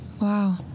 wow